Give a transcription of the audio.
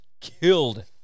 killed